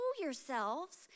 yourselves